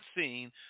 seen